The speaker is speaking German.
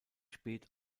spät